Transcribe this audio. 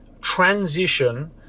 transition